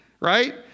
right